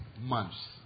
months